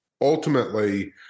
Ultimately